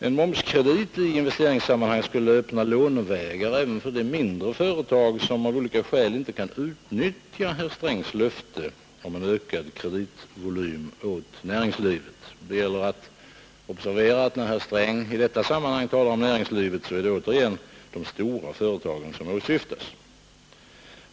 En momskredit i investeringssammanhang skulle öppna lånevägar även för de mindre företag som av olika skäl inte kan utnyttja herr Strängs löfte om en utökad kreditvolym åt näringslivet. Det är att observera att när herr Sträng i detta sammanhang talar om näringslivet, så är det återigen de stora företagen som åsyftas.